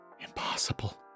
impossible